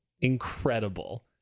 Incredible